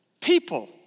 people